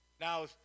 now